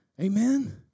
Amen